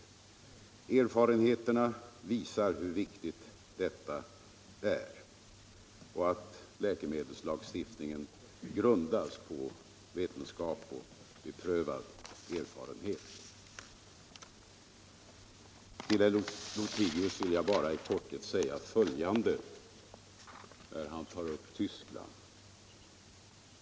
Erfarenheterna visar hur viktigt detta är och hur viktigt det är att läkemedelslagstiftningen grundas på vetenskap och beprövad erfarenhet. Till herr Lothigius vill jag bara i korthet säga följande med anledning av att han tog upp Tyskland.